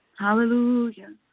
Hallelujah